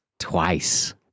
Twice